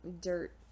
dirt